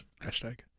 Hashtag